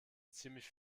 ziemlich